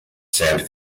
sand